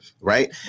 right